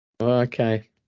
Okay